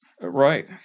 Right